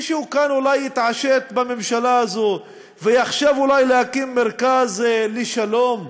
מישהו כאן אולי יתעשת בממשלה הזאת ויחשוב להקים מרכז לשלום,